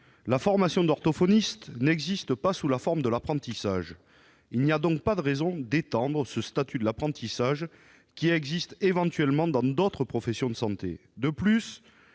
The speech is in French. La formation d'orthophoniste n'existe pas sous la forme de l'apprentissage. Il n'y a donc pas de raison d'étendre le statut de l'apprentissage qui existe éventuellement dans d'autres professions de santé. De plus,